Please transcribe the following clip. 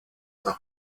the